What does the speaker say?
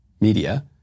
media